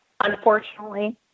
Unfortunately